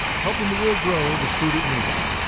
helping the world grow the food it needs.